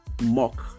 mock